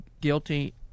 guilty